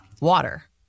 Water